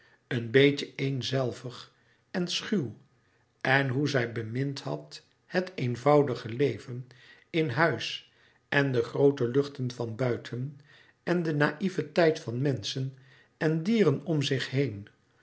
een beetje eenzelvig en schuw en hoe zij bemind had het eenvoudige leven in huis en de groote luchten van buiten en de naïveteit van menschen en dieren om zich heen